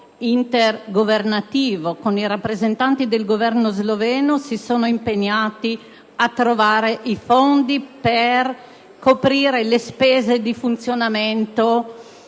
intergovernativo con i rappresentanti del Governo sloveno costoro si sono impegnati a trovare i fondi per coprire le spese di funzionamento